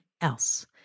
else